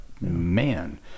man